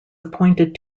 appointed